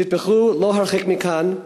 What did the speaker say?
נטבחו לא הרחק מכאן,